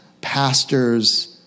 pastors